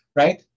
right